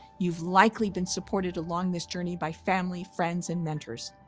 you've likely been supported along this journey by family, friends, and mentors.